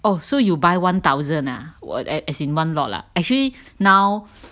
oh so you buy one thousand ah as in one lot ah actually now